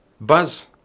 Buzz